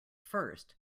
first